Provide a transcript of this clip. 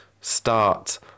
start